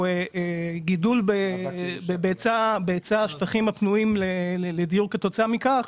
גידול בהיצע השטחים הפנויים לדיור כתוצאה מכך,